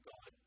God